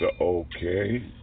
Okay